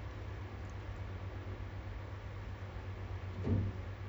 it's a bit suffocating kalau you stay at home work from home